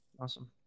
awesome